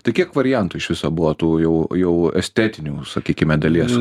tai kiek variantų iš viso buvo tų jau jau estetinių sakykime dalies